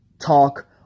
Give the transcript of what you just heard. talk